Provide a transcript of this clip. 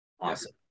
Awesome